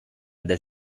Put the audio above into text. del